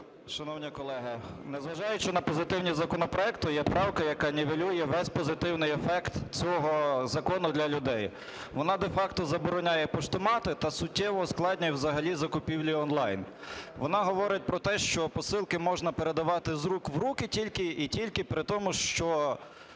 Шановні колеги, незважаючи на позитивні законопроекти, є правка, яка нівелює весь позитивний ефект цього закону для людей, вона де-факто забороняє поштомати та суттєво ускладнює взагалі закупівлі онлайн. Вона говорить про те, що посилки можна передавати з рук в руки і тільки при тому, що